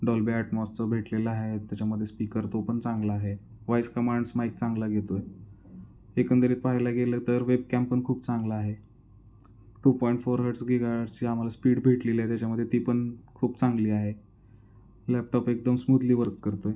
Dolby ॲटमॉसचं भेटलेला आहे त्याच्यामध्ये स्पीकर तो पण चांगला आहे वॉईस कमांड्स माईक चांगला घेतो आहे एकंदरीत पाहायला गेलं तर वेब कॅमपण खूप चांगला आहे टू पॉईंट फोर हर्ट्स गिगार्ची आम्हाला स्पीड भेटलेली आहे त्याच्यामध्ये ती पण खूप चांगली आहे लॅपटॉप एकदम स्मूथली वर्क करतो आहे